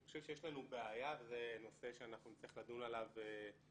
אני חושב שיש לנו בעיה וזה נושא שאנחנו נצטרך לדון עליו בהמשך,